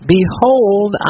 Behold